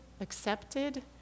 accepted